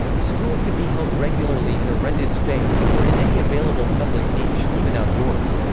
school could be held regularly in a rented space, or in any available public niche, even outdoors.